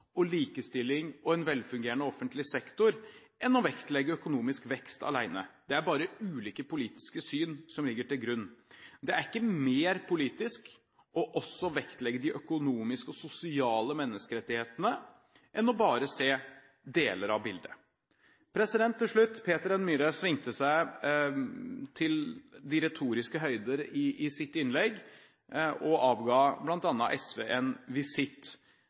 skatt, likestilling og en velfungerende offentlig sektor enn å vektlegge økonomisk vekst alene. Det er bare ulike politiske syn som ligger til grunn. Det er ikke mer politisk også å vektlegge de økonomiske og sosiale menneskerettighetene enn bare å se deler av bilder. Til slutt: Peter N. Myhre svingte seg til de retoriske høyder i sitt innlegg og avla bl.a. SV en visitt.